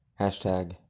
hashtag